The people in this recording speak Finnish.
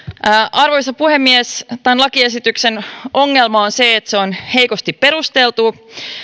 arvoisa puhemies tämän lakiesityksen ongelma on se että se on heikosti perusteltu